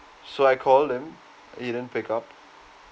so I called him he didn't pick up